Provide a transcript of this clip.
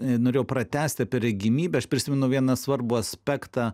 nenorėjau pratęsti regimybę aš prisimenu vieną svarbų aspektą